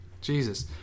Jesus